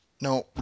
No